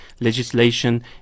legislation